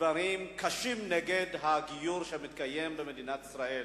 דברים קשים נגד הגיור שמתקיים במדינת ישראל.